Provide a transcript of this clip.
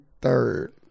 Third